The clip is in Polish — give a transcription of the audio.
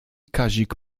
kazik